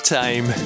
time